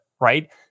right